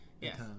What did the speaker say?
Yes